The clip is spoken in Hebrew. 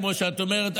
כמו שאת אומרת,